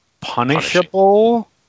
punishable